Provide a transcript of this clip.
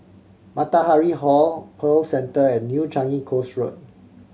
Matahari Hall Pearl Centre and New Changi Coast Road